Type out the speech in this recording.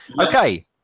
okay